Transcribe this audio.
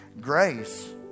Grace